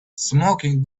smoking